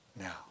now